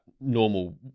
normal